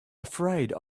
afraid